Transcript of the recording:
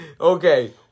Okay